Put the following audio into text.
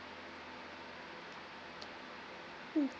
mm